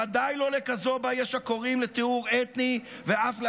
ודאי לא לכזאת שבה יש הקוראים לטיהור אתני ואף להשמדה.